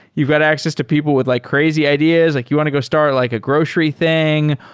you've got access to people with like crazy ideas. like you want to go start like a grocery thing,